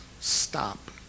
stop